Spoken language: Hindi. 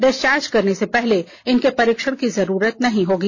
डिस्चार्ज करने से पहले इनके परीक्षण की जरूरत नहीं होगी